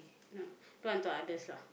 ya do unto others lah